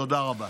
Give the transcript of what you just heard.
תודה רבה.